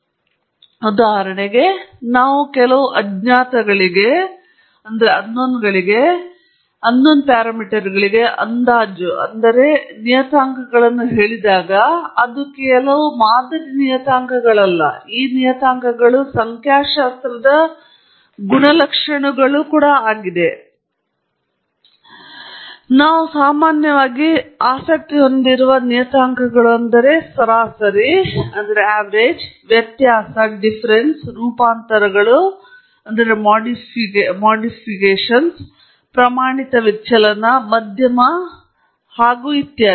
ಸಾಮಾನ್ಯ ಉದ್ದೇಶಗಳು ಉದಾಹರಣೆಗೆ ನಾವು ಕೆಲವು ಅಜ್ಞಾತರಿಗೆ ಅಲ್ಲಿರುವ ಪ್ಯಾರಾಮೀಟರ್ ಅಂದಾಜು ಮತ್ತು ನಾನು ಇಲ್ಲಿ ನಿಯತಾಂಕಗಳನ್ನು ಹೇಳಿದಾಗ ಅದು ಕೇವಲ ಮಾದರಿ ನಿಯತಾಂಕಗಳಲ್ಲ ಈ ನಿಯತಾಂಕಗಳು ಸಂಖ್ಯಾಶಾಸ್ತ್ರದ ಗುಣಲಕ್ಷಣಗಳನ್ನು ಕೂಡಾ ನಾವು ಸಾಮಾನ್ಯವಾಗಿ ಆಸಕ್ತಿ ಹೊಂದಿರುವ ಸರಾಸರಿಗಳಂತೆ ಅಂದರೆ ಸರಾಸರಿ ವ್ಯತ್ಯಾಸ ರೂಪಾಂತರಗಳು ಅಥವಾ ಪ್ರಮಾಣಿತ ವಿಚಲನ ಮಧ್ಯಮ ಮತ್ತು ಅದಕ್ಕಿಂತಲೂ ಹೆಚ್ಚು